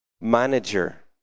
manager